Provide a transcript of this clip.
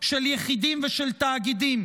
של יחידים ושל תאגידים,